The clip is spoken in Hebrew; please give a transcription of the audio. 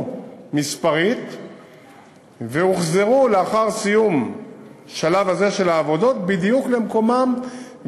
מספרית והוחזרו לאחר סיום השלב הזה של העבודות בדיוק למקומם,